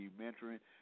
mentoring